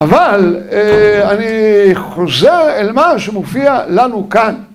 ‫אבל אני חוזר אל מה ‫שמופיע לנו כאן.